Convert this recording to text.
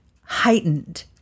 heightened